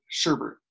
Sherbert